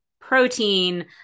protein